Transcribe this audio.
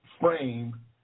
frame